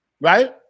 right